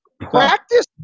Practice